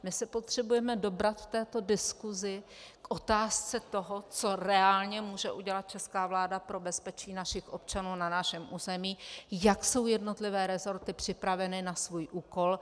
My se potřebujeme dobrat v této diskusi k otázce toho, co reálně může udělat česká vláda pro bezpečí našich občanů na našem území, jak jsou jednotlivé resorty připraveny na svůj úkol.